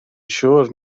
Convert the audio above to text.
siŵr